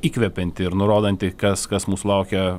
įkvepianti ir nurodanti kas kas mūsų laukia